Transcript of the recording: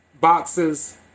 boxes